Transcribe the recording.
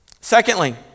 Secondly